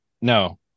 no